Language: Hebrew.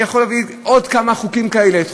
אני יכול להביא עוד כמה חוקים כאלה,